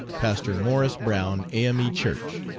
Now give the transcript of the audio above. pastor morris brown a m e. church.